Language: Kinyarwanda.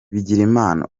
bigirimana